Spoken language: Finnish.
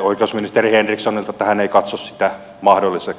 oikeusministeri henrikssonilta että hän ei katso sitä mahdolliseksi